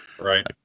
Right